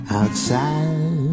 outside